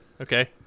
okay